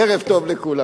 ערב טוב לכולם.